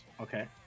okay